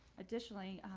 additionally,